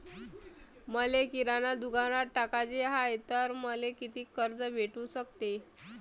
मले किराणा दुकानात टाकाचे हाय तर मले कितीक कर्ज भेटू सकते?